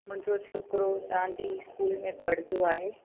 मुंहिंजो छोकिरो तव्हांजी स्कूल में पढ़ंदो आहे